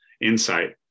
insight